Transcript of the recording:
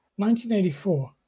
1984